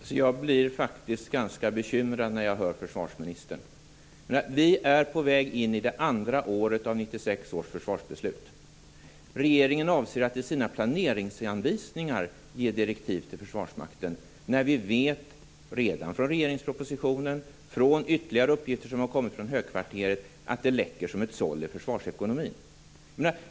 Herr talman! Jag blir faktiskt ganska bekymrad när jag hör försvarsministern. Vi är på väg in i det andra året som omfattas av 1996 års försvarsbeslut. Regeringen avser att i sina planeringshänvisningar ge direktiv till Försvarsmakten, när vi redan vet av regeringens proposition och av ytterligare uppgifter från högkvarteret att det läcker som ett såll i försvarsekonomin.